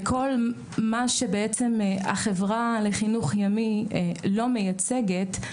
כל מה שעצם החברה לחינוך ימי לא מייצגת,